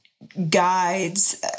guides